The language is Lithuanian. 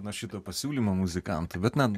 nuo šito pasiūlymo muzikantų bet na